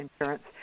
insurance